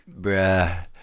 bruh